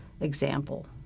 example